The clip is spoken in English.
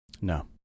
No